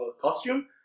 costume